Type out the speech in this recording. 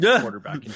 quarterback